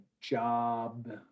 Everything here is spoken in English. job